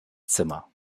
zimmer